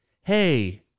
Hey